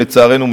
לצערנו,